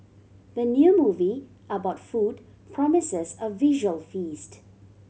the new movie about food promises a visual feast